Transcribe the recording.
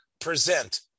present